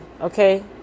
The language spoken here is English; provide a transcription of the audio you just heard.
okay